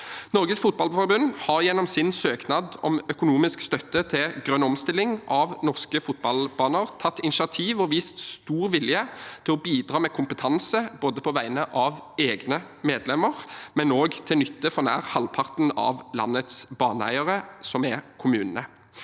Norges Fotballforbund har gjennom sin søknad om økonomisk støtte til en grønn omstilling av norske fotballbaner tatt initiativ og vist stor vilje til å bidra med kompetanse, både på vegne av egne medlemmer og til nytte for nær halvparten av landets baneeiere, som er kommunene.